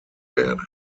werde